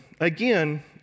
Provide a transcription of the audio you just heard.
Again